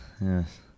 Yes